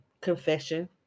confession